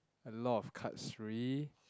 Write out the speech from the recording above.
a lot of cards free